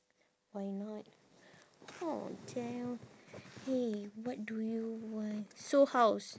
why not oh damn !hey! what do you want so how's